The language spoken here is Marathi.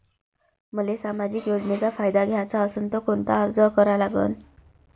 मले सामाजिक योजनेचा फायदा घ्याचा असन त कोनता अर्ज करा लागन?